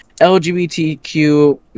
lgbtq